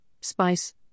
spice